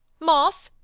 moth!